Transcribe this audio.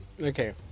Okay